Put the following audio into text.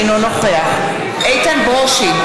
אינו נוכח איתן ברושי,